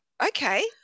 okay